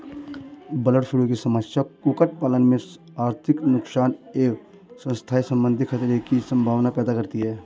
bird flu की समस्या कुक्कुट पालन में आर्थिक नुकसान एवं स्वास्थ्य सम्बन्धी खतरे की सम्भावना पैदा करती है